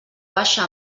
baixa